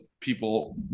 people